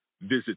Visit